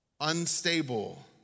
unstable